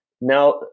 now